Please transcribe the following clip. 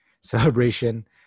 celebration